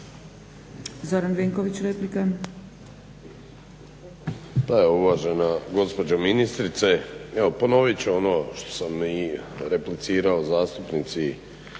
Zoran Vinković replika.